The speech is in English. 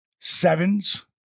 sevens